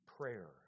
prayer